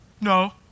No